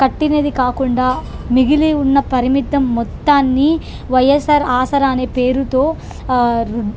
కట్టినది కాకుండా మిగిలి ఉన్న పరిమిత మొత్తాన్ని వైఎస్ఆర్ ఆసరా అనే పేరుతో రు